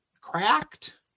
cracked